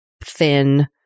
thin